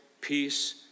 peace